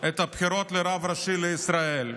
את הבחירות לרב הראשי לישראל.